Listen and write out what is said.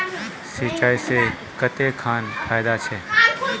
सिंचाई से कते खान फायदा छै?